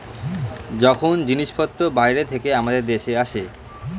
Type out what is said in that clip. যখন জিনিসপত্র বাইরে থেকে আমাদের দেশে আসে